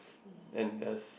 and as